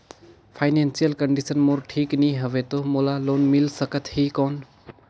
Financial condition मोर ठीक नी हवे तो मोला लोन मिल ही कौन??